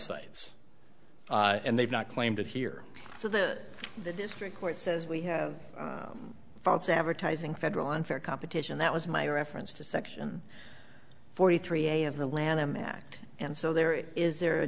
sites and they've not claimed it here so the the district court says we have faults advertising federal unfair competition that was my reference to section forty three a of the lanham act and so there is there a